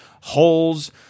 Holes